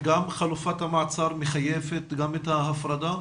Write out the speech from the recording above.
וגם חלופת המעצר מחייבת את ההפרדה?